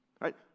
right